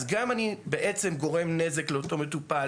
אז גם אני בעצם גורם נזק לאותו מטופל